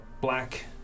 black